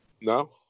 No